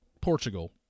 Portugal